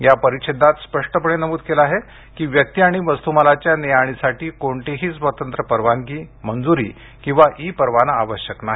या परिच्छेदात स्पष्टपणे नमूद केलं आहे की व्यक्ति आणि वस्तूमालाच्या ने आणीसाठी कोणतीही स्वतंत्र परवानगी मंजूरी किंवा ई परवाना आवश्यक नाही